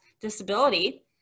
disability